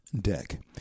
deck